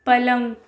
پلنگ